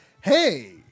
Hey